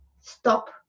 stop